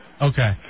Okay